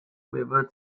river